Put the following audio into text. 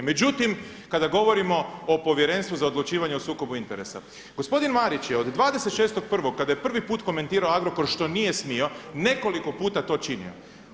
Međutim, kada govorimo o Povjerenstvu za odlučivanje o sukobu interesa, gospodin Marić je od 26.1. kada je prvi put komentirao Agrokor što nije smio nekoliko puta to činio.